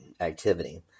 activity